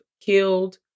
killed